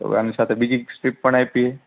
તો હવે આની સાથે બીજી સ્ક્રીપ્ટ પણ આપી છે